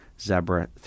Zebra